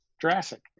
Jurassic